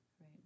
Right